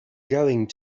going